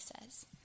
says